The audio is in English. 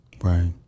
Right